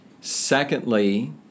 Secondly